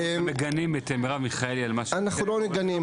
ומגנים את מירב מיכאלי על מה שהיא --- אנחנו לא מגנים.